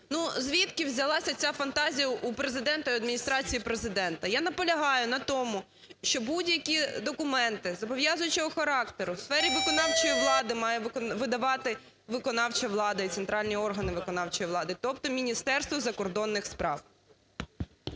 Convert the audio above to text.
звідки взялася ця фантазія у Президента і у Адміністрації Президента? Я наполягаю на тому, що будь-які документи зобов'язуючого характеру в сфері виконавчої влади має видавати виконавча влада і центральні органи виконавчої влади, тобто Міністерство закордонних справ.